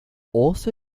also